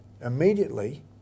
immediately